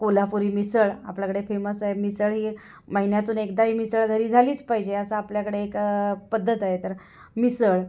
कोल्हापुरी मिसळ आपल्याकडे फेमस आहे मिसळ ही महिन्यातून एकदाही मिसळ घरी झालीच पाहिजे असं आपल्याकडे एक पद्धत आहे तर मिसळ